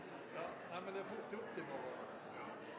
Ja, er det